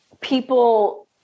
people